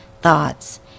thoughts